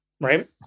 right